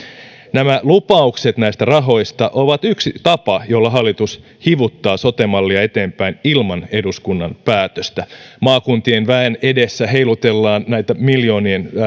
nämä lupaukset näistä rahoista ovat yksi tapa jolla hallitus hivuttaa sote mallia eteenpäin ilman eduskunnan päätöstä maakuntien väen edessä heilutellaan näitä miljoonien